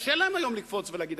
וקשה להם היום לקפוץ ולהגיד.